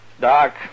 Doc